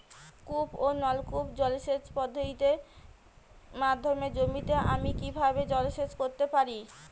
কূপ ও নলকূপ জলসেচ পদ্ধতির মাধ্যমে জমিতে আমি কীভাবে জলসেচ করতে পারি?